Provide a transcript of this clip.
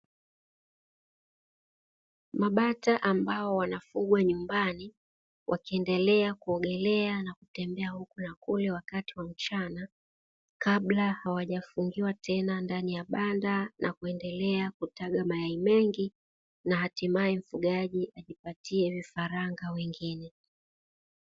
Mabata ambao wanafugwa nyumbani wakiendelea kuogelea na kutembea huku na kule wakati wa mchana, kabla hawajafungiwa tena ndani ya banda na kuendelea kutaga mayai mengi na hatimaye mfugaji kujipatia vifaranga wengine.